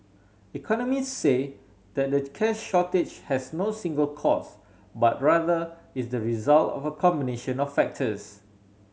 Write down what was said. economist say that the cash shortage has no single cause but rather is the result of a combination of factors